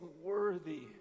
Worthy